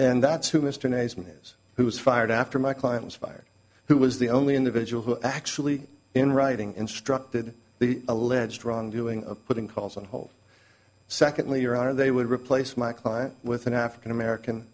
is who was fired after my client was fired who was the only individual who actually in writing instructed the alleged wrongdoing putting calls on hold secondly or are they would replace my client with an african american